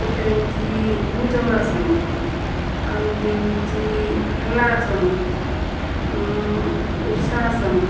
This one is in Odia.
ଗୋଟେ ହେଉଛି ଭୂଚଉଆସନ ଆଉ ଗୋଟିଏ ହେଉଛି ହାଲାସନ ଉସ୍ରଆସନ